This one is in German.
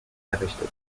errichtet